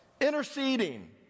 interceding